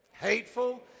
Hateful